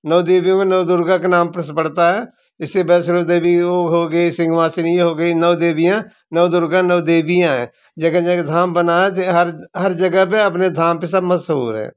नौ देवियों का नवदुर्गा का नाम पड़ता है जैसे वैष्णो देवी हो गई सिंहवासनी हो गई नौ देवियाँ नवदुर्गा नौ देवियाँ है जगह जगह धाम बनाए थे हर हर जगह पे अपने धाम पर सब मशहूर है